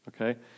okay